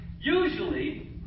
usually